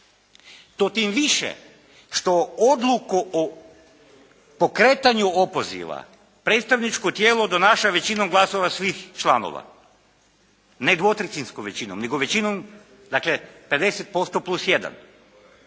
To tim više što odluku o pokretanju opoziva predstavničko tijelo donaša većinom glasova svih članova, ne dvotrećinskom većinom nego većinom, dakle 50%+1.